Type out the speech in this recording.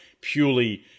purely